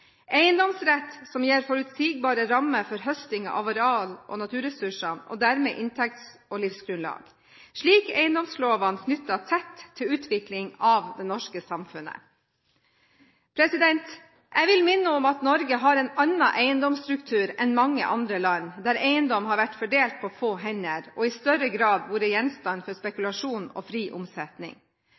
eiendomsrett som gir forutsigbare rammer for høsting av areal- og naturressursene, og dermed inntekts- og livsgrunnlag. Slik er eiendomslovene knyttet tett til utviklingen av det norske samfunnet. Jeg vil minne om at Norge har en annen eiendomsstruktur enn mange andre land, der eiendom har vært fordelt på få hender og i større grad vært gjenstand for spekulasjon og fri omsetning.